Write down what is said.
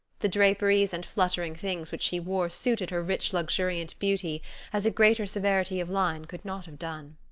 the draperies and fluttering things which she wore suited her rich, luxuriant beauty as a greater severity of line could not have done.